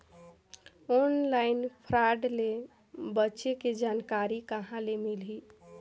Online fraud ले बचे के जानकारी कहां ले मिलही?